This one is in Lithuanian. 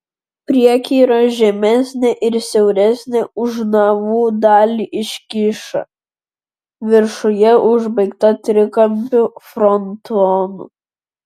priekyje yra žemesnė ir siauresnė už navų dalį iškyša viršuje užbaigta trikampiu frontonu